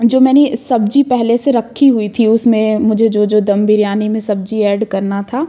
जो मैंने सब्जी पहले से रखी हुई थी उसमें मुझे जो जो दम बिरयानी में सब्जी ऐड करना था